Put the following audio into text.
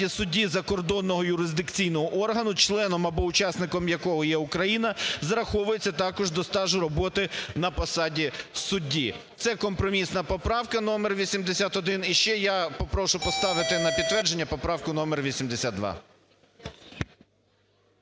судді закордонного юрисдикційного органу, членом або учасником якого є Україна, зараховується також до стажу роботи на посаді судді. Це компромісна поправка номер 81. І ще я попрошу поставити на підтвердження поправку номер 82.